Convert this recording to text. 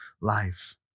life